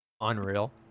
unreal